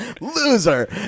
loser